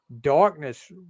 darkness